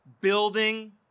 Building